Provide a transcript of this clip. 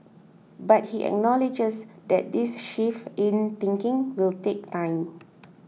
but he acknowledges that this shift in thinking will take time